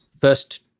first